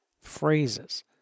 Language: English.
phrases